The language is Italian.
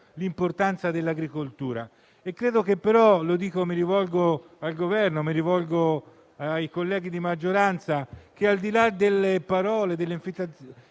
l'importanza dell'agricoltura, ma - mi rivolgo al Governo e ai colleghi di maggioranza - al di là delle parole